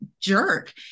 jerk